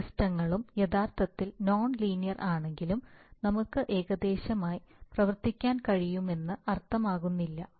മിക്ക സിസ്റ്റങ്ങളും യഥാർത്ഥത്തിൽ നോൺ ലീനിയർ ആണെങ്കിലും നമുക്ക് ഏകദേശമായി പ്രവർത്തിക്കാൻ കഴിയുമെന്ന് അർത്ഥമാക്കുന്നില്ല